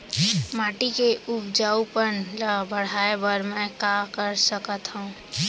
माटी के उपजाऊपन ल बढ़ाय बर मैं का कर सकथव?